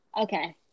Okay